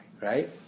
right